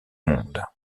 monde